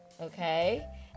Okay